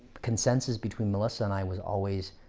consensus between melissa and i was always